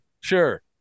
Sure